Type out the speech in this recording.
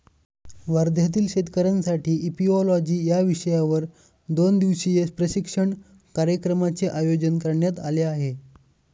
वर्ध्यातील शेतकऱ्यांसाठी इपिओलॉजी या विषयावर दोन दिवसीय प्रशिक्षण कार्यक्रमाचे आयोजन करण्यात आले आहे